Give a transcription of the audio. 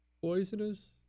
poisonous